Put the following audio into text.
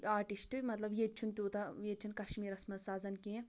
artist مطلب ییٚتہِ چھنہٕ تیوٗتاہ ییٚتہِ چھِنہٕ کشمیٖرَس منٛز سَنان کینٛہہ